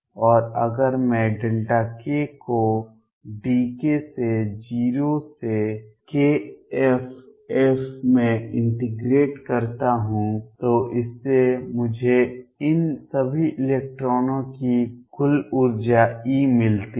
और अगर मैं k को dk से 0 से kff में इंटीग्रेट करता हूं तो इससे मुझे इन सभी इलेक्ट्रॉनों की कुल ऊर्जा E मिलती है